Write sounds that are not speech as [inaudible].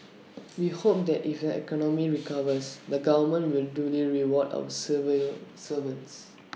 [noise] we hope that if the economy recovers the government will duly reward our civil servants